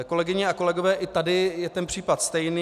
Kolegyně a kolegové, i tady je ten případ stejný.